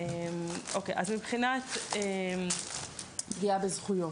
אז מבינת פגיעה בזכויות.